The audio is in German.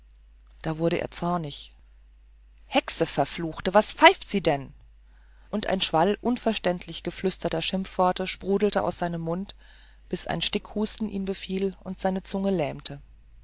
da wurde er zornig hexe verfluchte was pfeift sie denn und ein schwall unverständlich geflüsterter schimpfworte sprudelte aus seinem mund bis ein stickhusten ihn befiel und seine zunge lähmte